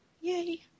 Yay